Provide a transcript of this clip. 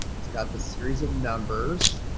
it's got the series of numbers.